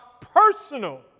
personal